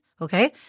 okay